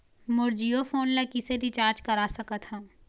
मोर Jio phone ला किसे recharge करा सकत हवं?